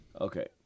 Okay